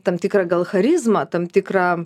tam tikrą gal charizmą tam tikrą